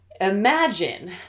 Imagine